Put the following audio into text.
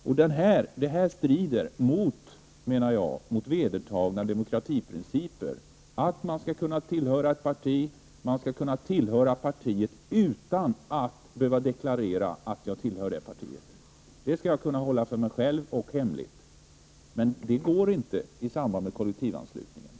Jag menar att detta strider mot vedertagna demokratiprinciper, som går ut på att man skall kunna tillhöra ett parti och kunna göra det utan att behöva deklarera att man tillhör just det partiet. Jag skall kunna hålla detta för mig själv och hemligt, men detta går inte i samband med kollektivanslutningen.